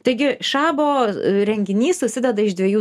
taigi šabo renginys susideda iš dviejų